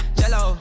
jello